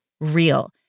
real